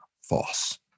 false